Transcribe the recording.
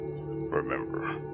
Remember